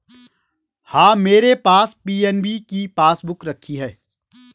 हाँ, मेरे पास पी.एन.बी की पासबुक रखी है